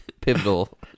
Pivotal